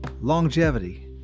longevity